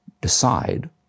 decide